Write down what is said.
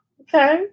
Okay